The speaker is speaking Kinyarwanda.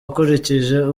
akurikije